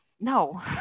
No